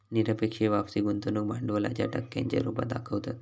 निरपेक्ष वापसी गुंतवणूक भांडवलाच्या टक्क्यांच्या रुपात दाखवतत